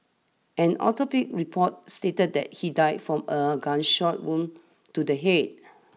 an autopsy report stated that he died from a gunshot wound to the head